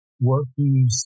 working